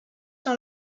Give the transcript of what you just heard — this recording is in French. dans